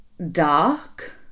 Dark